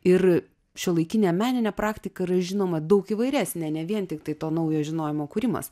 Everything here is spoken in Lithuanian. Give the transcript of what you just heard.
ir šiuolaikinė meninė praktika yra žinoma daug įvairesnė ne vien tiktai to naujo žinojimo kūrimas